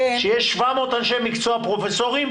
שיש 700 אנשי מקצוע פרופסורים,